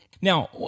Now